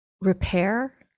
repair